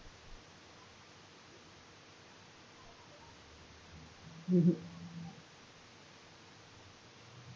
mm hmm